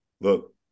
look